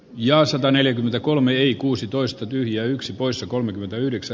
ja sataneljäkymmentäkolme i kuusitoista tyhjää yksi poissa kannatan